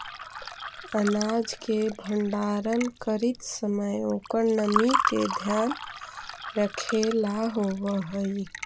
अनाज के भण्डारण करीत समय ओकर नमी के ध्यान रखेला होवऽ हई